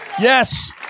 Yes